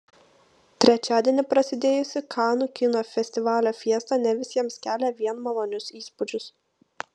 trečiadienį prasidėjusi kanų kino festivalio fiesta ne visiems kelia vien malonius įspūdžius